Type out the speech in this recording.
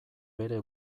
bere